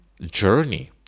journey